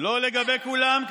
לא לגבי כולם,